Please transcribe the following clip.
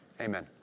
Amen